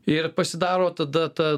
ir pasidaro tada ta